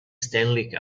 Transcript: stanley